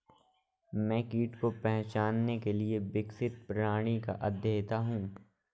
मैं कीट को पहचानने के लिए विकसित प्रणाली का अध्येता हूँ